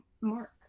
Mark